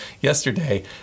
yesterday